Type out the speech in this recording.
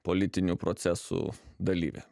politinių procesų dalyvė